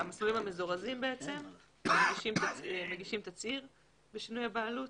עצם במסלולים המזורזים מגישים תצהיר לגבי שינוי הבעלות,